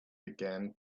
began